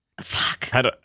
Fuck